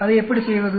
அதை எப்படி செய்வது